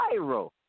viral